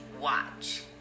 watch